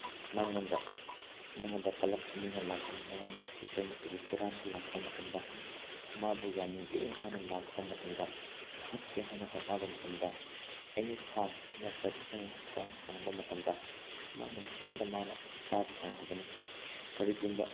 ꯃꯥꯉꯣꯟꯗ ꯃꯥꯉꯣꯟꯗ ꯀꯜꯂꯛꯄ ꯃꯤꯅ ꯂꯥꯛꯄ ꯃꯇꯝ ꯃꯉꯣꯟꯗ ꯄꯣꯠ ꯆꯩ ꯅꯠꯇ꯭ꯔꯒ ꯍꯨꯔꯥꯟꯕ ꯂꯥꯛꯄ ꯃꯇꯝꯗ ꯃꯥꯕꯨ ꯌꯥꯅꯤꯡꯗꯦ ꯍꯥꯏꯅ ꯂꯥꯛꯄ ꯃꯇꯝꯗ ꯍꯥꯠꯀꯦ ꯍꯥꯏꯅ ꯍꯣꯠꯅꯕ ꯃꯇꯝꯗ ꯑꯦꯅꯤ ꯁꯥꯎꯟ ꯅꯠꯇ꯭ꯔꯒ ꯊꯣꯡ ꯍꯥꯡꯕ ꯃꯇꯝꯗ ꯃꯥꯅ ꯃꯊꯟꯗ ꯃꯥꯅ ꯇꯥꯕ ꯐꯪꯍꯧꯒꯅꯤ ꯀꯔꯤꯒꯨꯝꯕ